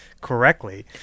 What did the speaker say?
correctly